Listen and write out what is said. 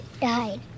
died